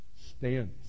stands